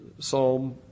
Psalm